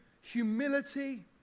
humility